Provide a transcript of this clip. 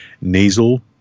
nasal